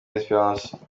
esperance